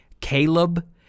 Caleb